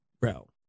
Bro